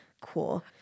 cool